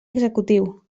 executiu